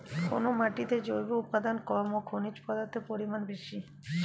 কোন মাটিতে জৈব উপাদান কম ও খনিজ পদার্থের পরিমাণ বেশি?